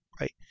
Right